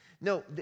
No